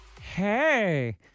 hey